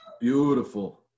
Beautiful